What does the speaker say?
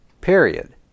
period